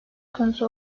konusu